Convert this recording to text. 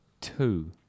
two